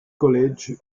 college